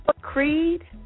creed